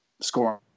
scoring